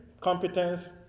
competence